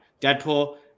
deadpool